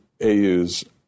AU's